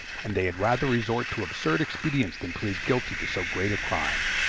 and they had rather resort to absurd expedients than plead guilty to so great a crime.